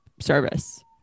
service